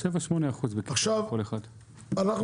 עכשיו,